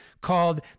called